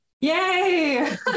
Yay